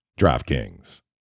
DraftKings